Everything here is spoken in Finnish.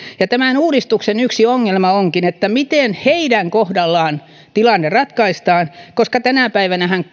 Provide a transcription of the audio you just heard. yksi tämän uudistuksen ongelma onkin miten heidän kohdallaan tilanne ratkaistaan koska tänä päivänähän